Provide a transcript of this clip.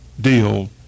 deal